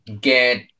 get